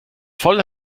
voll